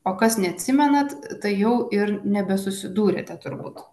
o kas neatsimenat tai jau ir nebesusidųrėte turbūt